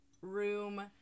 room